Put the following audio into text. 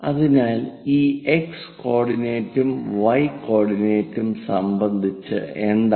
അതിനാൽ ഈ x കോർഡിനേറ്റും y കോർഡിനേറ്റും സംബന്ധിച്ചു എന്താണ്